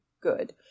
good